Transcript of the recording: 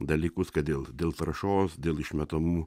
dalykus kad dėl dėl trąšos dėl išmetamų